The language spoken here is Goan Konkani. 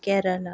केरळा